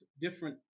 different